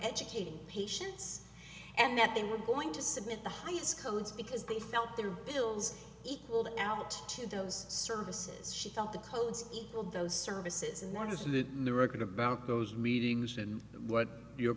educating patients and that they were going to submit the highest codes because they felt their bills equaled out to those services she felt the codes equal those services and one of the new record about those meetings and what your